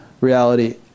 reality